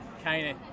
Kane